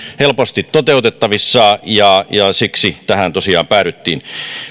helposti toteutettavissa ja siksi tähän tosiaan päädyttiin